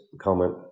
comment